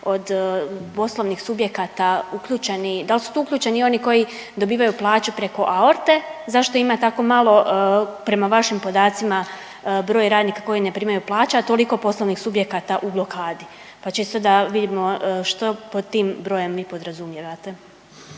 od poslovnih subjekata, da li su tu uključeni oni koji dobivaju plaću preko AORT-a, zašto ima tako malo prema vašim podacima broj radnika koji ne primaju plaće, a toliko poslovnih subjekata u blokadu pa čisto da vidimo što pod tim brojem vi podrazumijevate?